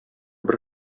бер